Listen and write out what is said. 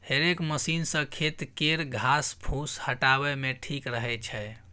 हेरेक मशीन सँ खेत केर घास फुस हटाबे मे ठीक रहै छै